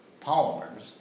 polymers